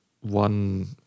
one